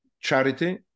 charity